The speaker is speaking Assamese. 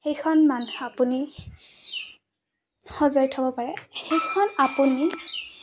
সেইখন মানুহ আপুনি সজাই থ'ব পাৰে সেইখন আপুনি